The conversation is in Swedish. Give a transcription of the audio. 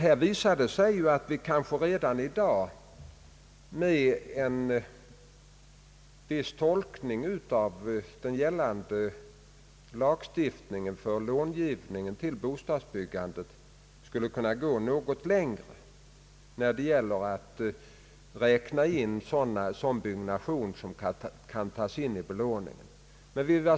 Det visade sig härvid att det kanske redan nu är möjligt att med en viss tolkning av den gällande lagstiftningen för långivningen till bostadsbyggandet gå något längre än hittills när det gäller att räkna in olika slags byggnation i belåningen,.